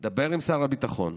דבר עם שר הביטחון,